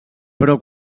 però